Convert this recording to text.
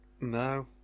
No